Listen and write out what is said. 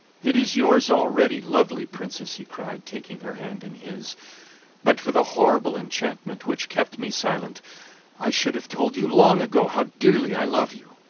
it is yours already, lovely princess! he cried, taking her hand in his but for the horrible enchantment which kept me silent i should have told you long ago how dearly i love you.